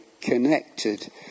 connected